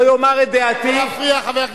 לא להפריע, חבר הכנסת.